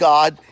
God